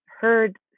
heard